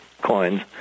coins